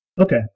Okay